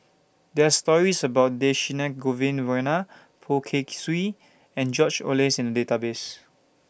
there're stories about Dhershini Govin Winodan Poh Kay Swee and George Oehlers in Database